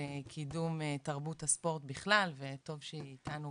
כי באמת יש אתגר,